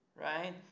right